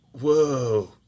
Whoa